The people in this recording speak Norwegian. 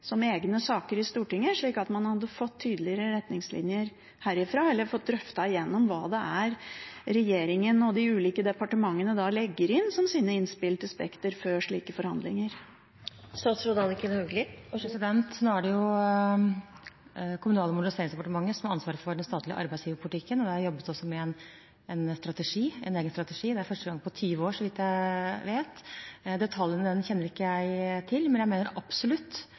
som egne saker i Stortinget, slik at man hadde fått tydeligere retningslinjer herifra eller fått drøftet igjennom hva regjeringen og de ulike departementene legger inn som sine innspill til Spekter før slike forhandlinger? Nå er det Kommunal- og moderniseringsdepartementet som har ansvaret for den statlige arbeidsgiverpolitikken, og det er jobbet med en strategi, en egen strategi – det er første gang på 20 år, så vidt jeg vet. Detaljene i den kjenner ikke jeg til, men jeg mener absolutt